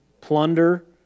plunder